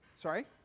Sorry